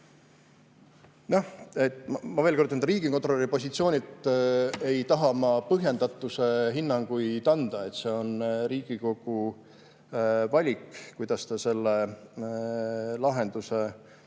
Ma veel kord ütlen: riigikontrolöri positsioonilt ei taha ma põhjendatusele hinnanguid anda, see on Riigikogu valik, kuidas ta täpselt lahenduse